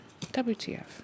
WTF